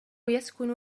يسكن